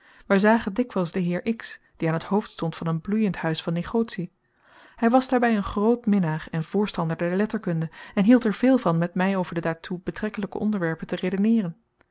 wij zagen dikwijls den heer x die aan het hoofd stond van een bloeiend huis van negotie hij was daarbij een groot minnaar en voorstander der letterkunde en hield er veel van met mij over de daartoe betrekkelijke onderwerpen te redeneeren